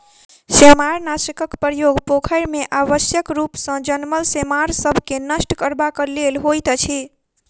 सेमारनाशकक प्रयोग पोखैर मे अनावश्यक रूप सॅ जनमल सेमार सभ के नष्ट करबाक लेल होइत अछि